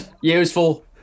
Useful